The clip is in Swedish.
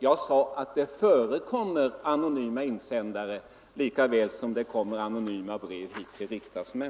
Jag sade att det förekommer anonyma insändare lika väl som det kommer anonyma brev till oss riksdagsmän.